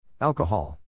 Alcohol